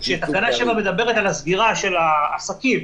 7 מדברת על סגירת העסקים,